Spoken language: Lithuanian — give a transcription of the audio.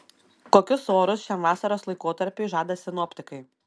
kokius orus šiam vasaros laikotarpiui žada sinoptikai